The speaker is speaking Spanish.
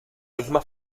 misma